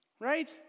Right